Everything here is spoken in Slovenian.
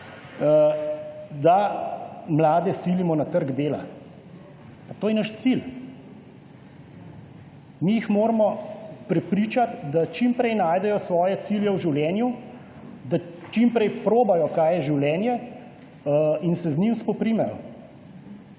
da mlade silimo na trg dela. Pa to je naš cilj. Mi jih moramo prepričati, da čim prej najdejo svoje cilje v življenju, da čim prej probajo, kaj je življenje in se z njim spoprimejo.